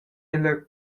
ella